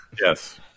Yes